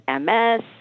MS